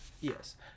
yes